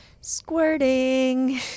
squirting